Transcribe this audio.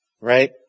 right